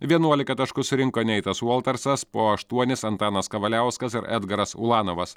vienuolika taškų surinko neitas voltersas po aštuonis antanas kavaliauskas ir edgaras ulanovas